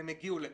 הם הגיעו לכאן.